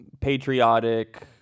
patriotic